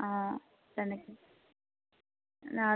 অঁ তেনেকৈ